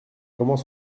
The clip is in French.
comment